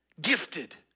gifted